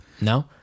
No